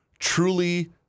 Truly